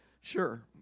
Sure